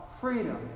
freedom